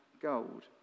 gold